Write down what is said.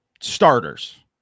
starters